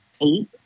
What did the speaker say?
eight